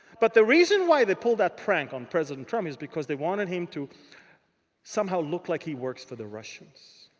but the reason why they pulled that prank on president trump is because they wanted him to somehow look like he works for the russians.